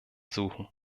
suchen